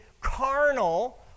carnal